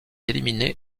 éliminé